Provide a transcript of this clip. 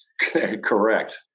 Correct